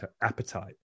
appetite